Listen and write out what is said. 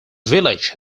village